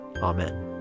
Amen